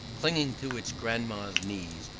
clinging to its grandam's knees,